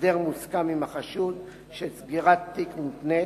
הסדר מוסכם עם החשוד של סגירת תיק מותנה,